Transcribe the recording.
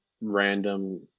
random